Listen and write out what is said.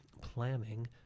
planning